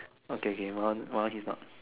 okay kay mine one mine one is not